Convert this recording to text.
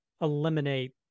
eliminate